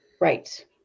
Right